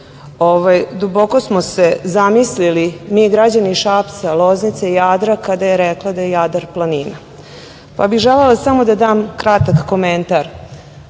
Duboko smo se zamislili mi građani Šapca, Loznice i Jadra kada je rekla da je Jadar planina, pa bih želela samo da dam kratak komentar